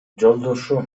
жолдошу